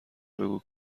بگو